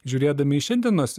žiūrėdami į šiandienos